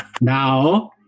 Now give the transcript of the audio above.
now